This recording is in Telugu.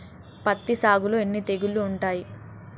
పత్తి సాగులో ఎన్ని తెగుళ్లు ఉంటాయి?